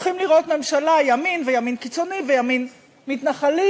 אנחנו הולכים לראות ממשלת ימין וימין קיצוני וימין מתנחלי,